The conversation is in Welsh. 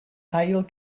ail